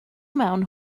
mewn